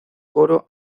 coro